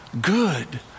good